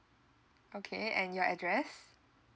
okay and your address